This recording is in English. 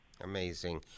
Amazing